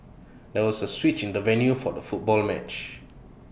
there was A switch in the venue for the football match